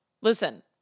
Listen